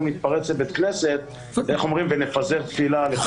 נתפרץ לבית כנסת ונפזר תפילה לכל עבר.